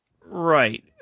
Right